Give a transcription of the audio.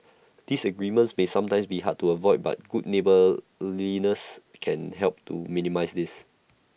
disagreements may sometimes be hard to avoid but good neighbourliness can help to minimise this